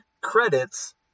credits